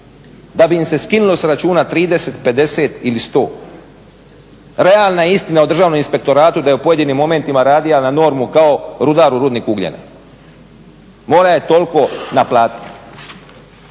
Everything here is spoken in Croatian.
da bi im se skinulo s računa 30, 50 ili 100. Realna je istina o Državnom inspektoratu da je u pojedinim momentima radio na normu kao rudar u rudniku ugljena. Morao je toliko naplatiti.